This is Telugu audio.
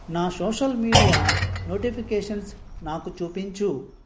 నా సోషల్ మీడియా నోటిఫికేషన్స్ నాకు చూపించు